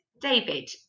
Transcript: David